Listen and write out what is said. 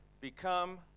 become